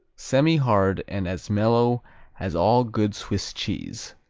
semihard and as mellow as all good swiss cheese.